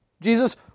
Jesus